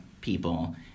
people